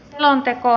selonteko